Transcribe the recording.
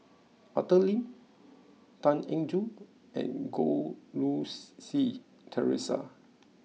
Arthur Lim Tan Eng Joo and Goh Rui Si Theresa